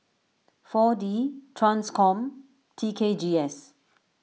four D Transcom T K G S